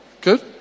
good